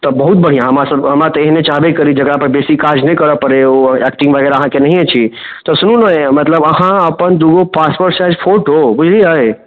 तऽ बहुत बढ़िआँ हमरासब हमरा तऽ एहने चाहबे करी जकरापर बेसी काज नहि करऽ पड़ै ओ एक्टिङ्ग वगैरह अहाँ केनहिए छी तऽ सुनू ने मतलब अहाँ अपन दुइगो पासपोर्ट साइज फोटो बुझलिए